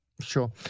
Sure